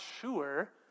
sure